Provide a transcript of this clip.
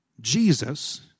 Jesus